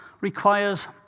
requires